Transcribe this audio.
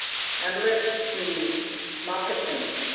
amulets, and moccasins.